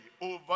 over